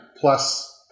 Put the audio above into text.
plus